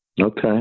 Okay